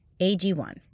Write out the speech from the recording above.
AG1